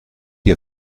ihr